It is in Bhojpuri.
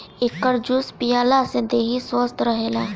एकर जूस पियला से देहि स्वस्थ्य रहेला